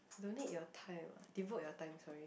donate your time devote your time sorry